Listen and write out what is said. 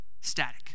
static